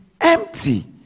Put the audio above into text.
empty